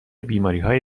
بیماریهای